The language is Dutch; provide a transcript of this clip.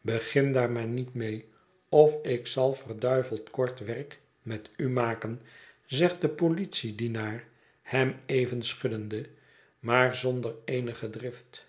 begin daar maar niet mee of ik zal verduiveld kort werk met u maken zegt de politiedienaar hem even schuddende maar zonder eenige drift